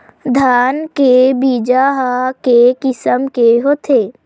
धान के बीजा ह के किसम के होथे?